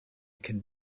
can